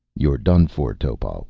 you're done for, topal,